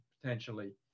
potentially